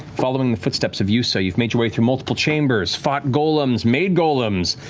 following the footsteps of yussa, you've made your way through multiple chambers, fought golems, made golems,